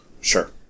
Sure